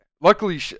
luckily